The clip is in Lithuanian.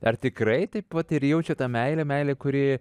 ar tikrai taip vat ir jaučiat tą meilę meilė kuri